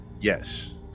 Yes